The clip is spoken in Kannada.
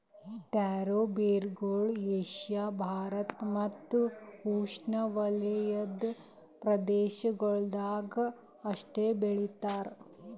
ಟ್ಯಾರೋ ಬೇರುಗೊಳ್ ಏಷ್ಯಾ ಭಾರತ್ ಮತ್ತ್ ಉಷ್ಣೆವಲಯದ ಪ್ರದೇಶಗೊಳ್ದಾಗ್ ಅಷ್ಟೆ ಬೆಳಿತಾರ್